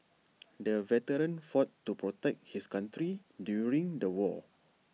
the veteran fought to protect his country during the war